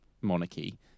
monarchy